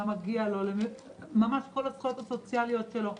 מה מגיע לו כל הזכויות הסוציאליות שלו,